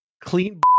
clean